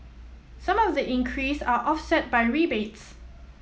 some of the increase are off set by rebates